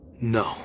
No